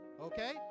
Okay